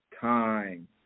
time